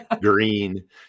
green